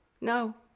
no